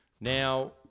Now